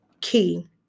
key